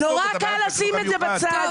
אני רוצה לחדד שוב את מה שאני מבקש.